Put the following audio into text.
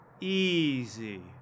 Easy